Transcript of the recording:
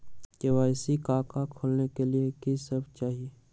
KYC का का खोलने के लिए कि सब चाहिए?